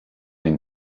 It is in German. den